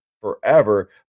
forever